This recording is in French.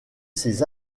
ses